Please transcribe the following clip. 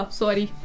sorry